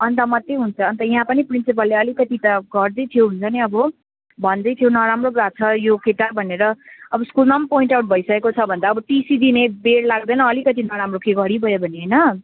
अन्त मात्रै हुन्छ अन्त यहाँ पनि प्रिन्सिपलले अलिकति त गर्दै थियो हुन्छ नि अब भन्दै थियो नराम्रो भएको यो केटा भनेर अब स्कुलमा पनि पोइन्ट आउट भइसकेको छ भने त टिसी दिने बेर लाग्दैन अलिकति नराम्रो केही गरिगयो भने होइन